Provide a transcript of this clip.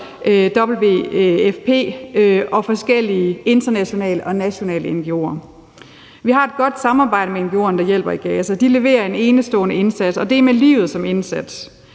WFP og forskellige internationale og nationale ngo'er. Vi har et godt samarbejde med ngo'erne, der hjælper i Gaza. De leverer en enestående indsats, og det er med livet som indsats.